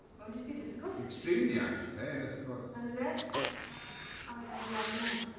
won't it be difficult? extremely i should say unless of course unless i have a lover now.